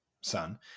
son